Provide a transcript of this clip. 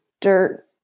dirt